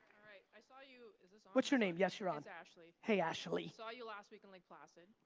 alright, i saw you, is this but your name? yes, you're on. it's ashley. hey, ashley. saw you last week in lake placid.